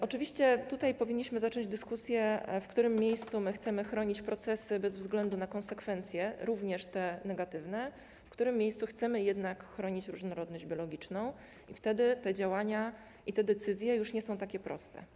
Oczywiście tutaj powinniśmy zacząć dyskusję, w którym miejscu chcemy chronić procesy bez względu na konsekwencje, również te negatywne, a w którym miejscu chcemy jednak chronić różnorodność biologiczną i wtedy te działania i te decyzje już nie są takie proste.